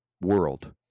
world